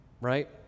right